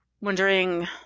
wondering